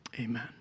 Amen